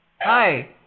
Hi